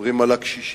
ומדברים על הקשישים.